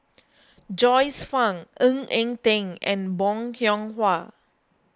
Joyce Fan Ng Eng Teng and Bong Hiong Hwa